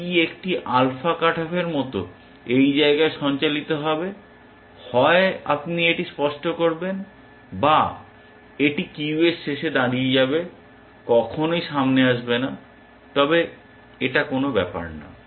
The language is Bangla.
এটি একটি আলফা কাট অফ এর মত এই জায়গায় সঞ্চালিত হবে হয় আপনি এটি স্পষ্ট করবেন বা এটি কিউয়ের শেষে দাঁড়িয়ে যাবে কখনই সামনে আসবে না তবে এটা কোন ব্যাপার না